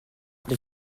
les